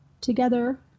together